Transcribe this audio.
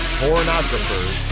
pornographers